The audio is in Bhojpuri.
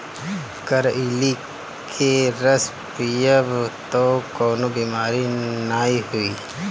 करइली के रस पीयब तअ कवनो बेमारी नाइ होई